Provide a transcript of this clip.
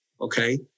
Okay